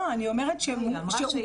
לא, אני אומרת שהוקם.